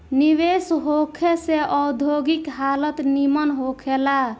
निवेश होखे से औद्योगिक हालत निमन होखे ला